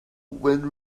when